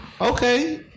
okay